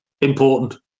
important